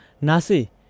Nasi